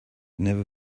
never